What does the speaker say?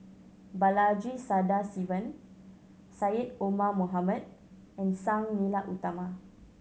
Balaji Sadasivan Syed Omar Mohamed and Sang Nila Utama